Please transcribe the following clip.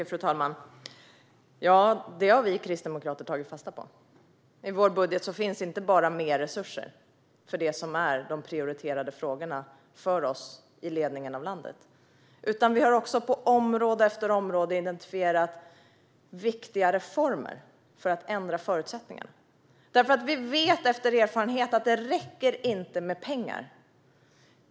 Fru talman! Detta har vi kristdemokrater tagit fasta på. I vår budget finns inte bara mer resurser för de frågor som är prioriterade för oss i ledningen av landet, utan vi har också på område efter område identifierat viktiga reformer för att ändra förutsättningarna. Vi vet nämligen av erfarenhet att det inte räcker med pengar.